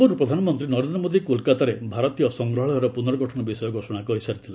ପୂର୍ବରୁ ପ୍ରଧାନମନ୍ତ୍ରୀ ନରେନ୍ଦ୍ର ମୋଦି କୋଲ୍କାତାରେ ଭାରତୀୟ ସଂଗ୍ରହାଳୟର ପୁନର୍ଗଠନ ବିଷୟରେ ଘୋଷଣା କରିସାରିଥିଲେ